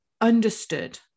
understood